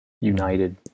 united